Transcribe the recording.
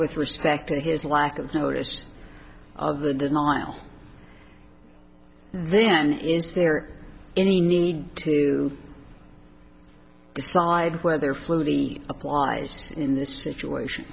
with respect to his lack of notice of the denial then is there any need to decide whether flutie applies in this situation